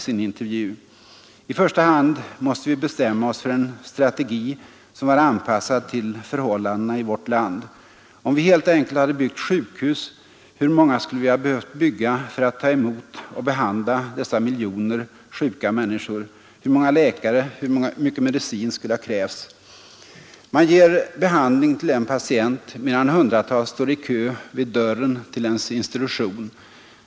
”I första hand måste vi bestämma oss för en strategi som var anpassad till förhållandena i vårt land. Om vi helt enkelt hade byggt sjukhus, hur många skulle vi ha behövt bygga för att ta emot och behandla dessa miljoner sjuka människor? Hur många läkare, hur mycket medicin skulle ha krävts? Man ger behandling till en patient medan hundratals står i kö vid dörren till ens institution.